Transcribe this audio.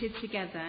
together